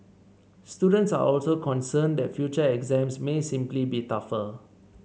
students are also concerned that future exams may simply be tougher